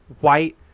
white